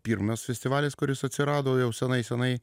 pirmas festivalis kuris atsirado jau senai senai